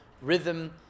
rhythm